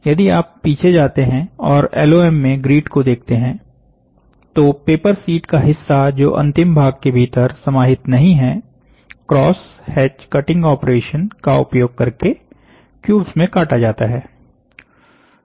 यदि आप पीछे जाते हैं और एलओएम में ग्रिड को देखते हैं तो पेपर शीट का हिस्सा जो अंतिम भाग के भीतर समाहित नहीं है क्रॉस हेच कटिंग ऑपरेशन का उपयोग करके क्यूब्स में काटा जाता है